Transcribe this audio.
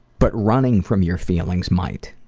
but running from your feelings might.